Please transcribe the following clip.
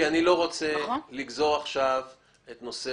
אני לא רוצה לגזור עכשיו את נושא